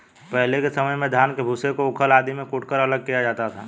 पहले के समय में धान के भूसे को ऊखल आदि में कूटकर अलग किया जाता था